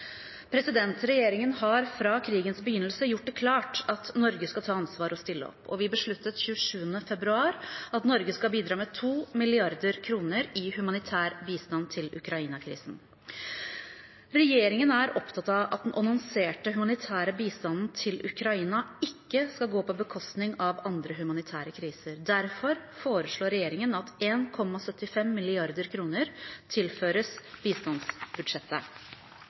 Regjeringen har fra krigens begynnelse gjort det klart at Norge skal ta ansvar og stille opp. Vi besluttet 27. februar at Norge skal bidra med 2 mrd. kr i humanitær bistand til Ukraina-krisen. Regjeringen er opptatt av at den annonserte humanitære bistanden til Ukraina ikke skal gå på bekostning av andre humanitære kriser. Derfor foreslår regjeringen at 1,75 mrd. kr tilføres bistandsbudsjettet.